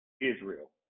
Israel